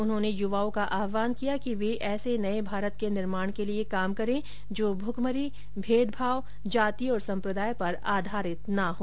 उन्होंने युवाओं का आह्वान किया कि वे ऐसे नये भारत के निर्माण के लिए काम करें जो भुखमरी भेदभाव जाति और सम्प्रदाय पर आधारित न हो